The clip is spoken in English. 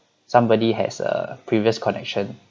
somebody has a previous connection